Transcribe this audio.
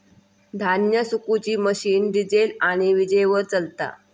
धान्य सुखवुची machine diesel आणि वीजेवर चलता